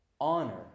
honor